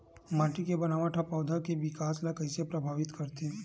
माटी के बनावट हा पौधा के विकास ला कइसे प्रभावित करथे?